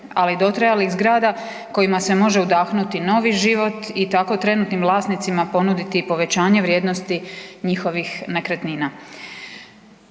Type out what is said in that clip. ali dotrajalih zgrada kojima se može udahnuti novi život i tako trenutnim vlasnicima ponuditi i povećanje vrijednosti njihovih nekretnina.